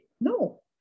no